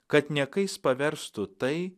kad niekais paverstų tai